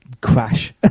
crash